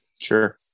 Sure